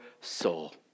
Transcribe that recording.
soul